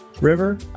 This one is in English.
River